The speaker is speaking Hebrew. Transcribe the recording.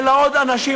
אלא עוד אנשים,